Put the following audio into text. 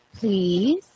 please